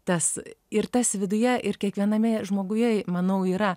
tas ir tas viduje ir kiekviename žmoguje manau yra